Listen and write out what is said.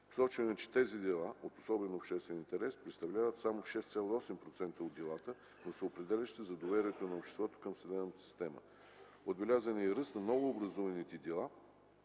Посочено е, че тези дела от особен обществен интерес представляват само 6,8% от делата, но са определящи за доверието на обществото към съдебната система. Отбелязан е и ръст на новообразуваните дела